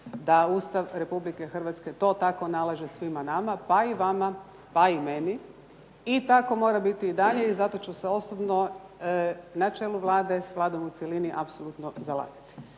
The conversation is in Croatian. da Ustav Republike Hrvatske to tako nalaže svima nama, pa i vama pa i meni i tako mora biti i dalje, zato ću se osobno na čelu Vlade i s Vladom u cjelini apsolutno zalagati.